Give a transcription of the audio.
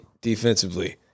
defensively